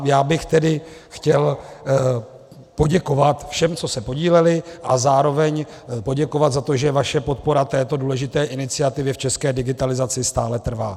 Já bych tedy chtěl poděkovat všem, co se podíleli, a zároveň poděkovat za to, že vaše podpora této důležité iniciativy v české digitalizaci stále trvá.